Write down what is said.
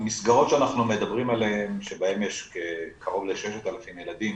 המסגרות שאנחנו מדברים עליהן שבהן יש קרוב ל-6,000 ילדים,